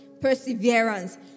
perseverance